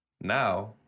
Now